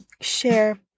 share